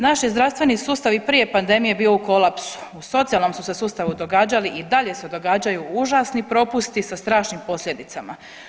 Naš je zdravstveni sustav i prije pandemije bio u kolapsu, u socijalnom su se sustavu događali i dalje se događaju užasni propusti sa strašnim posljedicama.